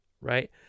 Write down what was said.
right